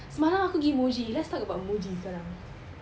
semalam aku pergi Muji let's talk about Muji sekarang